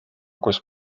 kus